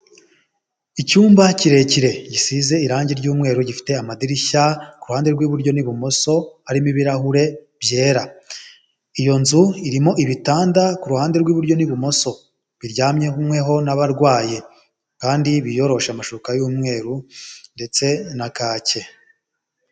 Icyumba kirekire gisize irangi ry'umweru gifite amadirishya, ku ruhande rw'iburyo n'ibumoso harimo ibirahure byera, iyo nzu irimo ibitanda ku ruhande rw'iburyo n'ibumoso, biryamweho n'abarwayi kandi biyoroshe amashuka y'umweru ndetse na kake.